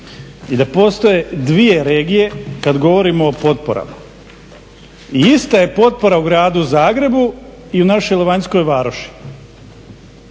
i da postoje dvije regije kada govorimo o potporama. Ista je potpora u gradu Zagrebu i našoj Levanjskoj Varoši,